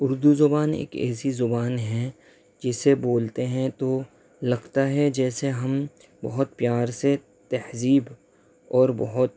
اردو زبان ایک ایسی زبان ہے جسے بولتے ہیں تو لگتا ہے جیسے ہم بہت پیار سے تہذیب اور بہت